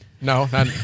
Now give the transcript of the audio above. No